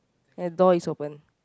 and the door is opened